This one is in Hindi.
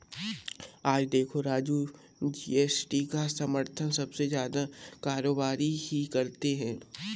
आज देखो राजू जी.एस.टी का समर्थन सबसे ज्यादा कारोबारी ही करते हैं